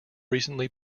recently